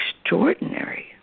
extraordinary